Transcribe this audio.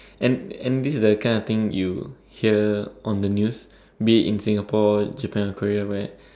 and and this is the kind of thing you hear on the news be it in Singapore Japan or Korea where